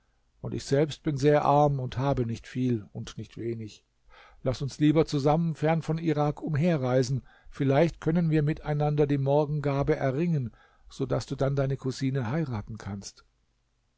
und ich selbst bin sehr arm habe nicht viel und nicht wenig laß uns lieber zusammen fern von irak umherreisen vielleicht können wir miteinander die morgengabe erringen so daß du dann deine cousine heiraten kannst